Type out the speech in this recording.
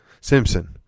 Simpson